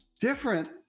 different